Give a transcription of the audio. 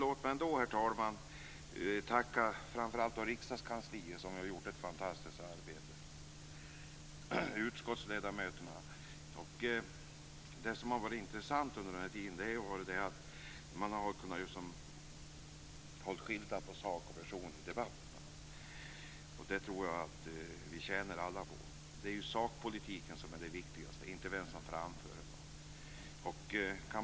Låt mig ändå, herr talman, tacka framför allt utskottskanslierna som har gjort ett fantastiskt arbete och även utskottsledamöterna. Det som under den här tiden varit intressant är att man har kunnat skilja på sak och person i debatterna. Det tror jag att vi alla tjänar på. Det är ju sakpolitiken som är viktigast, inte vem som framför den.